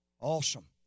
Awesome